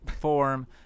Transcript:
form